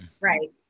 Right